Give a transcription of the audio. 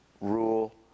rule